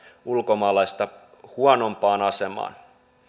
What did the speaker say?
ulkomaalaista huonompaan asemaan